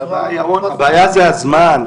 הבעיה היא הזמן.